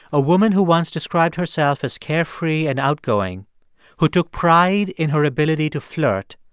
a woman who once described herself as carefree and outgoing who took pride in her ability to flirt,